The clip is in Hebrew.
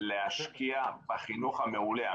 להשקיע בחינוך המעולה.